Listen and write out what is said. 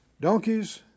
donkeys